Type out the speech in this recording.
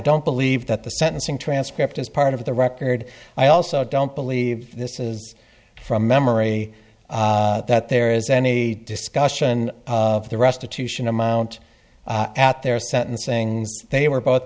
don't believe that the sentencing transcript is part of the record i also don't believe this is from memory that there is any discussion of the restitution amount at their sentencing they were both